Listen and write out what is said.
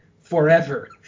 forever